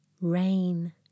Rain